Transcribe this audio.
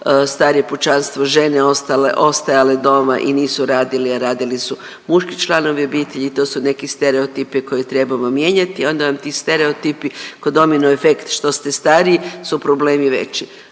starije pučanstvo žene ostajale doma i nisu radili, a radili su muški članovi obitelji. To su neki stereotipi koje trebamo mijenjati. Onda vam ti stereotipi kao domino efekt što ste stariji su problemi veći,